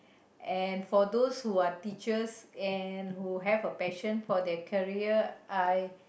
and for those who are teachers and who have a passion for their career I